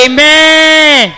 Amen